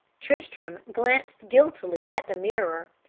tristram glanced guiltily at the mirror.